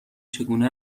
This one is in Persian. چگونه